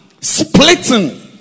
Splitting